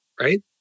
right